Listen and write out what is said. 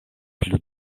plu